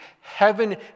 heaven